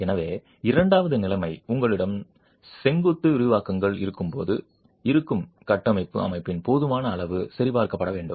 எனவே இரண்டாவது நிலைமை உங்களிடம் செங்குத்து விரிவாக்கங்கள் இருக்கும்போது இருக்கும் கட்டமைப்பு அமைப்பின் போதுமான அளவு சரிபார்க்கப்பட வேண்டும்